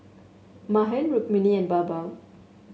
Mahan Rukmini and Baba